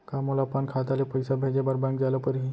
का मोला अपन खाता ले पइसा भेजे बर बैंक जाय ल परही?